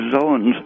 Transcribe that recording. zones